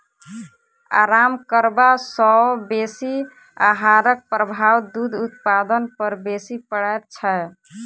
आराम करबा सॅ बेसी आहारक प्रभाव दूध उत्पादन पर बेसी पड़ैत छै